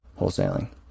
wholesaling